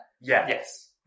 yes